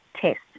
Test